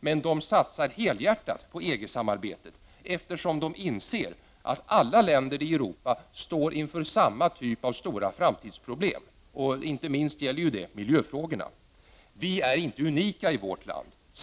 Men de satsar helhjärtat på EG-samarbetet eftersom de inser att alla länder i Europa står inför samma typ av stora framtidsproblem — inte minst gäller det miljöfrågorna. Vi är inte unika i vårt land.